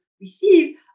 receive